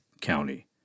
County